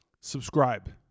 subscribe